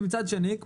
ומצד שני תחרות,